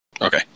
okay